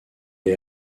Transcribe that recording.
les